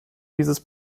dieses